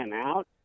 out